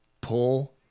pull